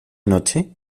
noche